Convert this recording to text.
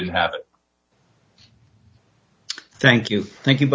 didn't have thank you thank you